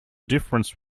difference